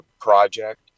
project